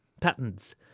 patents